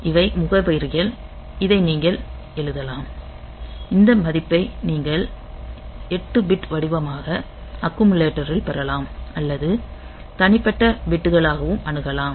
இவை முகவரிகள் இதை நீங்கள் எழுதலாம் இந்த மதிப்பை நீங்கள் 8 பிட் வடிவமாக அக்குமுலேட்டரில் பெறலாம் அல்லது தனிப்பட்ட பிட்களாகவும் அணுகலாம்